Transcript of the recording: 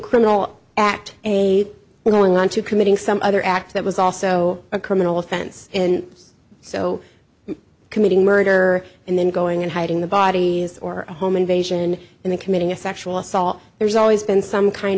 criminal act they were going on to committing some other act that was also a criminal offense and so committing murder and then going and hiding the bodies or a home invasion in the committing a sexual assault there's always been some kind